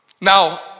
Now